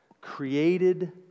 created